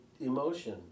emotion